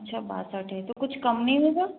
अच्छा बासठ है तो कुछ कम नहीं होगा